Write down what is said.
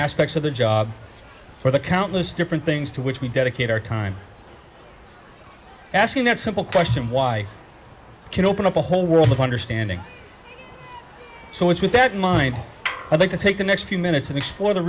aspects of the job for the countless different things to which we dedicate our time asking that simple question why can open up a whole world of understanding so much with that in mind i think to take the next few minutes and explore the